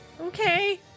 Okay